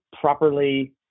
properly